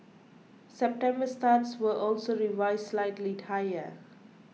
September starts were also revised slightly higher